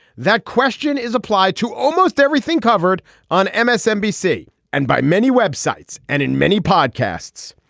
that question is applied to almost everything covered on msnbc and by many web sites and in many podcasts.